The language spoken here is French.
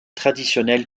traditionnel